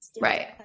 Right